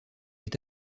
est